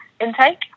intake